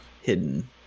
hidden